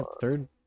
third